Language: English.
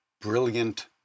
Brilliant